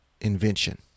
invention